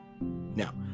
Now